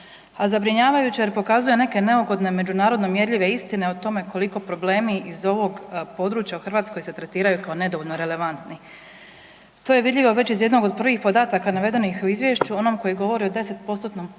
a zabrinjavajuće jer pokazuje neke neugodne međunarodno mjerljive istine o tome koliko problemi iz ovog područja u Hrvatskoj se tretiraju kao nedovoljno relevantni. To je vidljivo već iz jednog od prvih podataka navedenih u izvješću, onom koji govori o